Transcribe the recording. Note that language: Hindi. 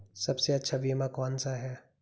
सबसे अच्छा बीमा कौन सा है?